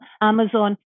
Amazon